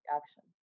action